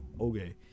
Okay